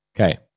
Okay